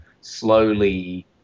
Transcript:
slowly